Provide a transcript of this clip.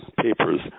papers